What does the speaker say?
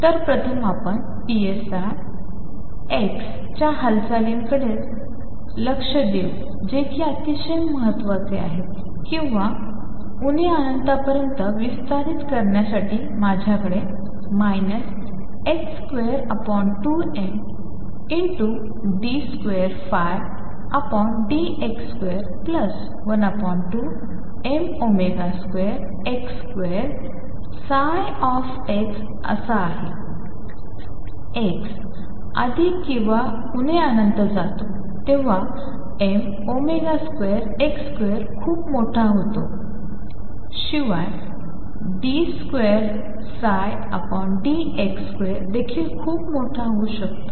तर प्रथम आपण psi x च्या हालचालीकडे लक्ष देऊ जे कि अतिशय महत्वाचे आहे किंवा उणे अनंत पर्यंत विस्तारित करण्यासाठी माझ्याकडे 22md2dx2 12m2x2x आहे जसा x अधिक किंवा उणे अनंत जातो तेव्हा m2x2 खूप मोठा होतो शिवाय देखील खूप मोठे होऊ शकते